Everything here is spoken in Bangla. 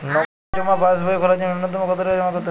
নগদ জমা পাসবই খোলার জন্য নূন্যতম কতো টাকা জমা করতে হবে?